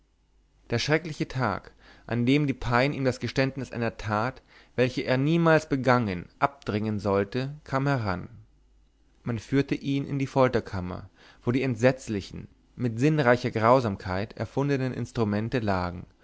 der schreckliche tag an dem die pein ihm das geständnis einer tat welche er niemals begangen abdringen sollte kam heran man führte ihn in die folterkammer wo die entsetzlichen mit sinnreicher grausamkeit erfundenen instrumente lagen